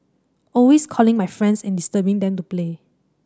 always calling my friends and disturbing them to play